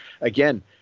again